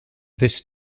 this